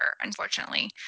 unfortunately